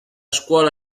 scuola